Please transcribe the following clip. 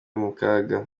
mukaga